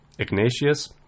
Ignatius